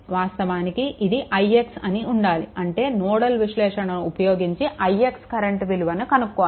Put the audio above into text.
వాస్తవానికి ఇది ix అని ఉండాలి అంటే నోడల్ విశ్లేషణను ఉపయోగించి ix కరెంట్ విలువను కనుక్కోవాలి